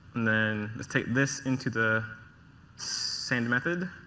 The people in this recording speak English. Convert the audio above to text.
then let's take this into the same method.